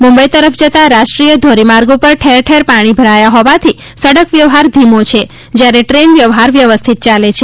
મુંબઇ તરફ જતા રાષ્ટ્રીય ધોરીમાર્ગ ઉપર ઠેરઠેર પાણી ભરાયા હોવાથી સડક વ્યવહાર ધીમો છે જ્યારે ટ્રેન વ્યવહાર વ્યવસ્થિત ચાલે છે